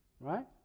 Right